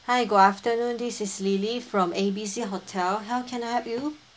hi good afternoon this is lily from A B C hotel how can I help you